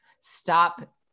stop